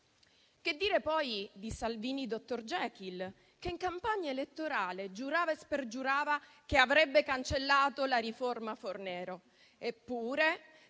Che dire poi di Salvini-dottor Jekyll, che in campagna elettorale giurava e spergiurava che avrebbe cancellato la riforma Fornero?